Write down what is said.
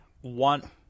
One